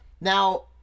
Now